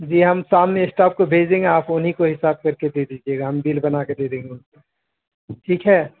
جی ہم شام میں اسٹاپ کو بھیج دیں گے آپ انہیں کو حساب کر کے دے دیجیے گا ہم بل بنا کے دے دیں گے ان کو ٹھیک ہے